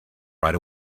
right